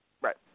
Right